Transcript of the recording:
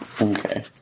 Okay